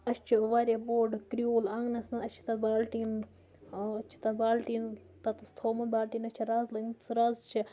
أسہِ چھُ واریاہ بوٚڑ کرٛوٗل آنٛگنَس منٛز اَسہِ چھِ تَتھ بالٹیٖن أسۍ چھِ تَتھ بالٹیٖن تَتس تھوٚمُت بالٹیٖنَس چھِ رَز سُہ رَز چھِ